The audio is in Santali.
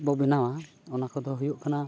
ᱵᱚ ᱵᱮᱱᱟᱣᱟ ᱚᱱᱟ ᱠᱚᱫᱚ ᱦᱩᱭᱩᱜ ᱠᱟᱱᱟ